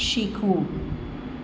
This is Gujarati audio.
શીખવું